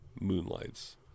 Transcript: moonlights